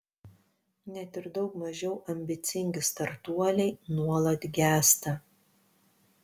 net ir daug mažiau ambicingi startuoliai nuolat gęsta